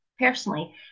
personally